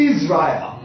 Israel